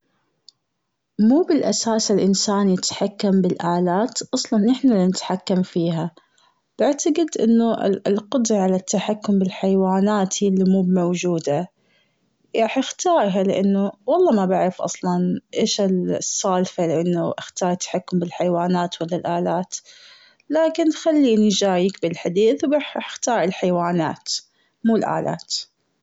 مو بالأساس الانسان يتحكم بالآلات اصلاً نحنا اللي نتحكم فيها. باعتقد إنه ال-القدرة على التحكم بالحيوانات هي اللي موب موجودة. يا أخي احتار لأنه و الله ما بعرف اصلاً ايش ال- السالفة لأنه اختارت التحكم بالحيوانات و لا الالات لكن خليني جايك بالحديث رح اختار الحيوانات مو الآلات.